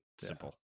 simple